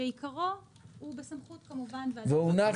שעיקרו הוא בסמכות כמובן ועדת